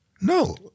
no